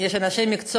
יש אנשי מקצוע